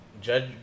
judge